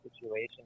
situation